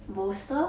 bolster